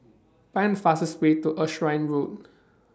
Find The fastest Way to Erskine Road